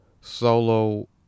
solo